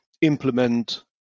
implement